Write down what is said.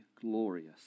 glorious